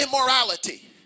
immorality